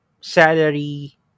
salary